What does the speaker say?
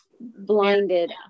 blinded